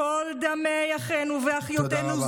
קול דמי אחינו ואחיותינו, תודה רבה.